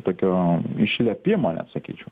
tokio išlepimo net sakyčiau